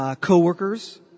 co-workers